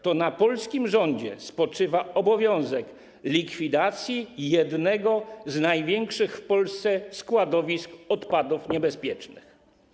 To na polskim rządzie spoczywa obowiązek likwidacji jednego z największych w Polsce składowisk odpadów niebezpiecznych.